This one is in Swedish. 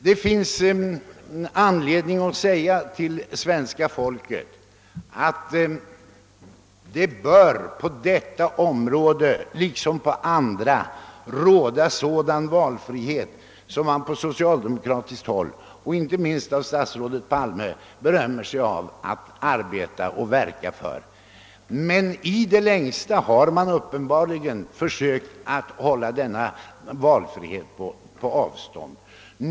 Det finns anledning att säga till svenska folket att det på detta område liksom på andra bör råda sådan valfrihet som socialdemokraterna — och inte minst statsrådet Palme — berömmer sig av att arbeta och verka för. Men i det längsta har man uppenbarligen försökt hålla denna valfrihet på avstånd.